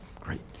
Great